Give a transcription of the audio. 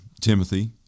Timothy